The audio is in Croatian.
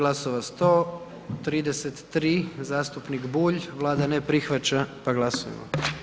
133, zastupnik Bulj, Vlada ne prihvaća pa glasujmo.